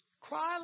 Cry